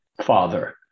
Father